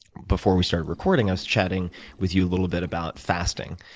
before we started recording, i was chatting with you a little bit about fasting.